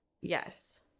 Yes